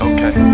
Okay